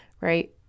right